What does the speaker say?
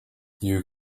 you